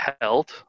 held